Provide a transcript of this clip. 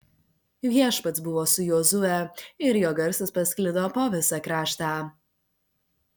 viešpats buvo su jozue ir jo garsas pasklido po visą kraštą